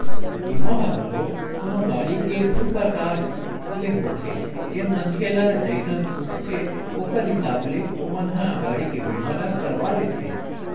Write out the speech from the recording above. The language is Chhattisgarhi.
बीमा ह घलोक कोनो गाड़ी के दू परकार ले होथे जेन मनखे ल जइसन सूझथे ओखर हिसाब ले ओमन ह गाड़ी के बीमा ल करवा लेथे